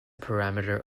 parameter